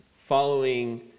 following